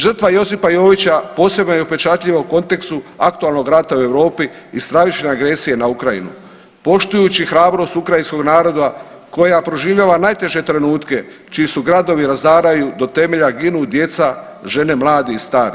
Žrtva Josipa Jovića posebno je upečatljiva u kontekstu aktualnog rata u Europi i stravične agresije na Ukrajinu, poštujući hrabrost ukrajinskog naroda koja proživljava najteže trenutke čiji se gradovi razaraju do temelja, ginu djeca, žene, mladi i stari.